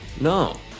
No